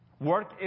Work